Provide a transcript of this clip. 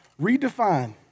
Redefine